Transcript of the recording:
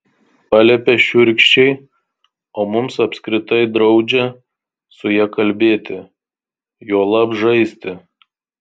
paliepia šiurkščiai o mums apskritai draudžia su ja kalbėti juolab žaisti